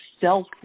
self